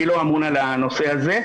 אני לא אמון על הנושא הזה,